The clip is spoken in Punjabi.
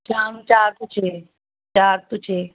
ਸ਼ਾਮ ਚਾਰ ਤੋਂ ਛੇ ਚਾਰ ਤੋਂ ਛੇ